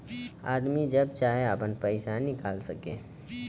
आदमी जब चाहे आपन पइसा निकाल सके